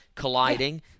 colliding